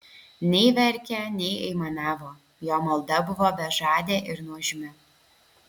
nei verkė nei aimanavo jo malda buvo bežadė ir nuožmi